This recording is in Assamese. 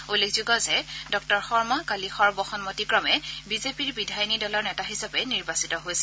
উল্লেখযোগ্য যে ডঃ শৰ্মা কালি সৰ্বসন্মতিক্ৰমে বিজেপিৰ বিধায়িনী দলৰ নেতা হিচাপে নিৰ্বাচিত হৈছিল